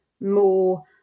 more